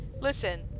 Listen